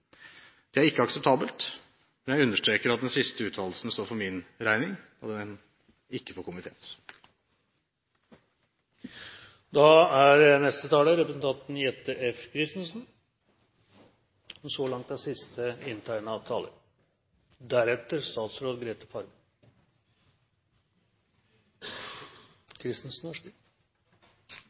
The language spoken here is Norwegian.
Det er ikke akseptabelt. Jeg understreker at den siste uttalelsen står for min regning, ikke for komiteens. Det